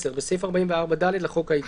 תיקון סעיף 44 10. בסעיף 44(ד) לחוק העיקרי,